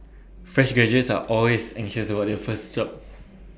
fresh graduates are always anxious about their first job